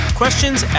questions